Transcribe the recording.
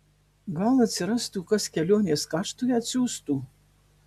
gal atsirastų kas kelionės kaštui atsiųstų